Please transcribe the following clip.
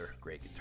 great